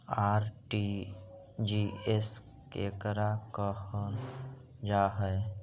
RTGS केकरा कहल जा है?